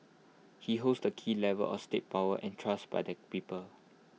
he holds the key levers of state power entrusted by the people